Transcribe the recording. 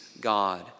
God